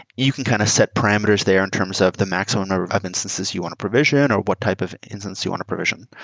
you can kind of set parameters there in terms of the maximum number of instances you want to provision or what type of instance you want to provision.